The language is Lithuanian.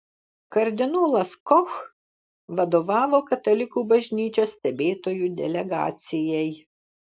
kardinolas koch vadovavo katalikų bažnyčios stebėtojų delegacijai